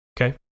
Okay